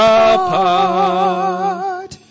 apart